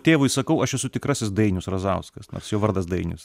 tėvui sakau aš esu tikrasis dainius razauskas nors jo vardas dainius